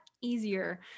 easier